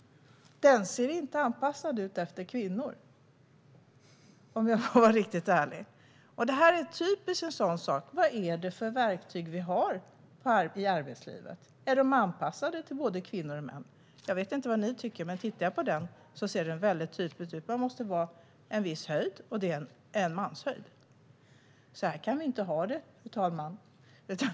Om jag ska vara riktigt ärlig ser den inte ut att vara anpassad efter kvinnor. Detta är en typisk sådan sak. Vad är det för verktyg vi har i arbetslivet? Är de anpassade till både kvinnor och män? Jag vet inte vad ni tycker, men jag tycker att det ser ut som att man måste ha en viss längd eller höjd för att passa i stolen, och det är en manshöjd. Så här kan vi inte ha det, fru talman.